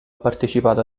partecipato